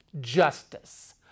justice